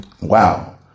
Wow